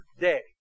day